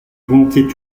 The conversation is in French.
volontiers